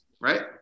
right